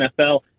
NFL